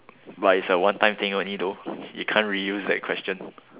but it's a one time thing only though you can't reuse the question